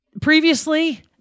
Previously